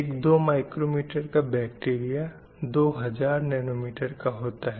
एक 2 micro metre का bacteria 2000 nanometre का होता है